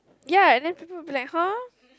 ya and then people would be like !huh!